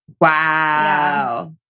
Wow